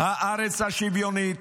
הארץ השוויונית,